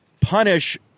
punish